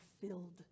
filled